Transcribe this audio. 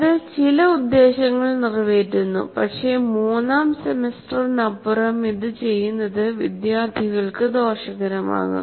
അത് ചില ഉദ്ദേശ്യങ്ങൾ നിറവേറ്റുന്നു പക്ഷേ മൂന്നാം സെമസ്റ്ററിനപ്പുറം ഇത് ചെയ്യുന്നത് വിദ്യാർത്ഥികൾക്ക് ദോഷകരമാകും